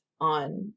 on